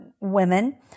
women